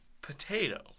potato